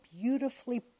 beautifully